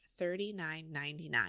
$39.99